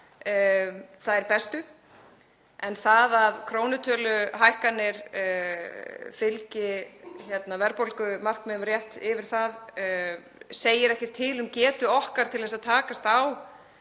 dag þær bestu? Það að krónutöluhækkanir fylgi verðbólgumarkmiðum, rétt yfir það, segir ekkert til um getu okkar til að takast á